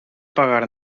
pagar